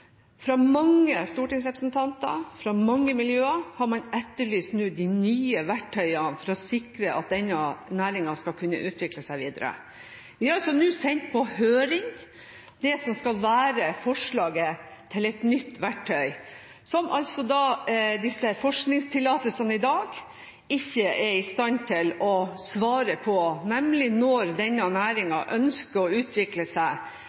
fra representanten Ingrid Heggø. Fra mange stortingsrepresentanter, fra mange miljøer, har man etterlyst de nye verktøyene for å sikre at denne næringen skal kunne utvikle seg videre. Vi har altså sendt på høring det som skal være forslaget til et nytt verktøy, som disse forskningstillatelsene i dag ikke er i stand til å svare på, når denne næringen ønsker å utvikle seg